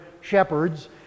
shepherds